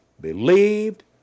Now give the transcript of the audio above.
believed